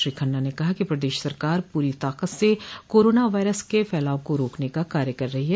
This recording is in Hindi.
श्री खन्ना ने कहा कि प्रदेश सरकार पूरी ताकत से कोरोना वायरस क फैलाव को रोकने का कार्य कर रही है